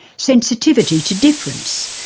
sensitivity to difference,